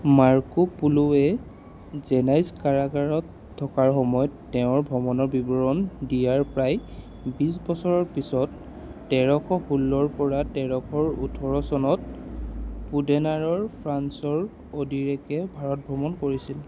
Marco পোলোৱে জেনাইজ কাৰাগাৰত থকাৰ সময়ত তেওঁৰ ভ্ৰমণৰ বিৱৰণ দিয়াৰ প্ৰায় বিছ বছৰৰ পিছত তেৰষ ষোল্লৰ পৰা তেৰশ ওঠৰ চনত পোৰ্ডেনাৰৰ ফ্ৰাঞ্চৰ অ'ডৰিকে ভাৰত ভ্ৰমণ কৰিছিল